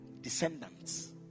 descendants